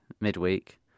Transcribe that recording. midweek